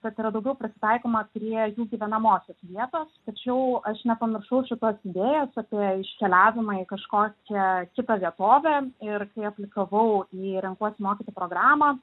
bet yra daugiau prisitaikoma prie jų gyvenamosios vietos tačiau aš nepamiršau šitos idėjos apie iškeliavimą į kažkokią kitą vietovę ir kai aplikavau į renkuosi mokyti programą